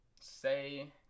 Say